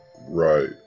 Right